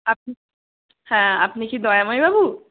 আপনি হ্যাঁ আপনি কি দয়াময়বাবু